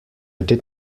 did